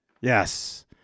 yes